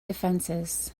defenses